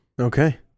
Okay